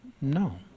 No